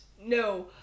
no